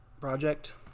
project